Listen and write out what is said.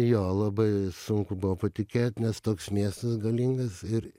jo labai sunku buvo patikėt nes toks miestas galingas ir